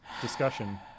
discussion